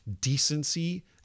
decency